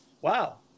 Wow